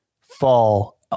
fall